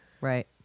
Right